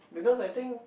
because I think